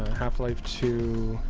half life two